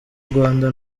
rwanda